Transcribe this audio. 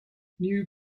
new